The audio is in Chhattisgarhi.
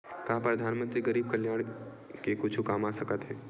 का परधानमंतरी गरीब कल्याण के कुछु काम आ सकत हे